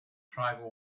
tribal